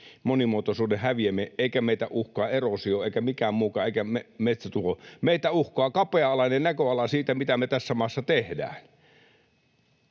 monimuotoisuuden häviäminen, eikä meitä uhkaa eroosio eikä mikään muukaan eikä metsätuho, meitä uhkaa kapea-alainen näköala siitä, mitä me tässä maassa tehdään.